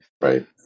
Right